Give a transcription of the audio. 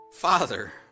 Father